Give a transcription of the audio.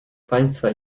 państwa